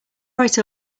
right